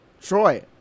Troy